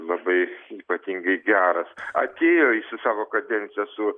labai ypatingai geras atėjo jis į savo kadenciją su